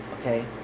okay